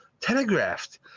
telegraphed